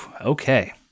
Okay